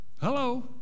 Hello